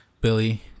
Billy